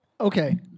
Okay